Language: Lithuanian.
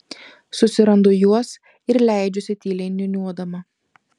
susirandu juos ir leidžiuosi tyliai niūniuodama